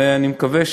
ואני מקווה,